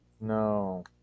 No